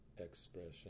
expression